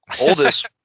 Oldest